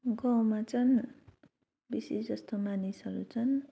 गाउँमा चाहिँ बेसी जस्तो मानिसहरू चाहिँ